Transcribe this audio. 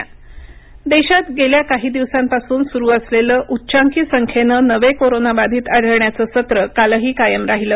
Covid update देशात गेल्या काही दिवसांपासून सुरू असलेलं उच्चांकी संख्येनं नवे कोरोना बाधित आढळण्याचं सत्र कालही कायम राहिलं